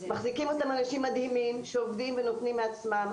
מחזיקים אותם אנשים מדהימים שעובדים ונותנים מעצמם,